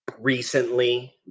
recently